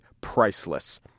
priceless